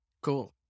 cool